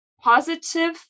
positive